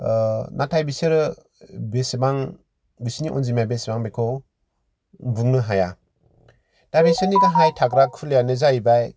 ओ नाथाय बिसोरो बेसेबां बिसोरनि अनजिमाया बेसेबां बेखौ बुंनो हाया दा बिसोरनि गाहाय थाग्रा खुलियानो जाहैबाय